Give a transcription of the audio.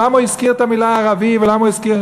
למה הוא הזכיר את המילה "ערבי" ולמה הוא הזכיר,